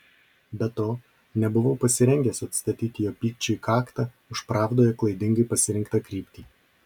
be to nebuvau pasirengęs atstatyti jo pykčiui kaktą už pravdoje klaidingai pasirinktą kryptį